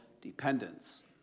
dependence